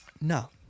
No